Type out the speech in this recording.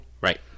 Right